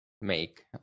make